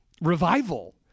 Revival